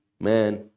man